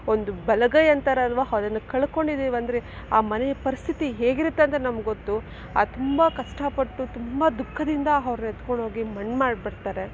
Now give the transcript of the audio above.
ಒಂದು ಬಲಗೈ ಅಂತಾರಲ್ವ ಅದನ್ನು ಕಳ್ಕೊಂಡಿದ್ದೀವಿ ಅಂದರೆ ಆ ಮನೆಯ ಪರಿಸ್ಥಿತಿ ಹೇಗಿರುತ್ತೆ ಅಂತ ನಮ್ಗೆ ಗೊತ್ತು ಅದು ತುಂಬ ಕಷ್ಟಪಟ್ಟು ತುಂಬ ದುಃಖದಿಂದ ಅವ್ರನ್ನ ಎತ್ಕೊಂಡು ಹೋಗಿ ಮಣ್ಣು ಮಾಡಿಬಿಡ್ತಾರೆ